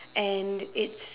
and it's